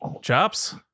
chops